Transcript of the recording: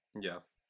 Yes